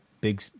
big